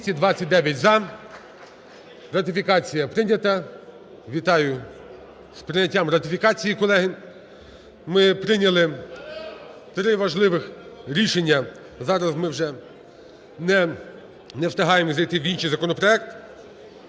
За-229 Ратифікація прийнята. Вітаю з прийняттям ратифікації, колеги. Ми прийняли три важливих рішення. Зараз ми вже не встигаємо зайти в інший законопроект.